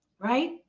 right